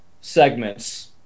segments